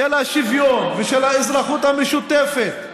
של השוויון ושל האזרחות המשותפת,